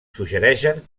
suggereixen